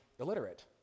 illiterate